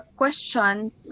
questions